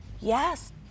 Yes